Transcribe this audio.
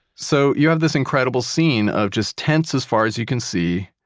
so, you have this incredible scene of just tents, as far as you can see.